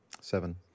Seven